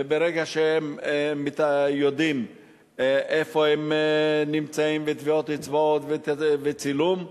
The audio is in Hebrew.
וברגע שיודעים איפה נמצאים בטביעות אצבעות ובצילום,